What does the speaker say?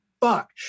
fuck